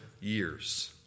years